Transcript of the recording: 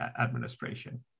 Administration